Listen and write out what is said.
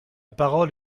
parole